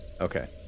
Okay